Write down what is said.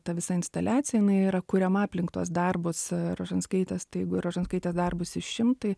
ta visa instaliacija jinai yra kuriama aplink tuos darbus rožanskaitės tai jeigu rožanskaitės darbus išimt tai